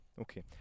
okay